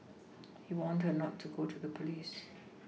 he warned her not to go to the police